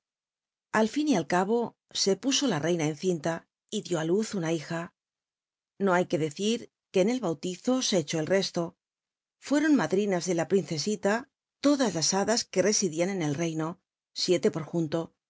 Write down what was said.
al fin y al cabo se puso la reina en cinta y dió á luz una hija xo hay ue decir que en el bautizo se c hó el resto fueron madrinas de la princcsita todas las biblioteca nacional de españa hadas que residían cn el reino siete por junio